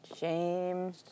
Shame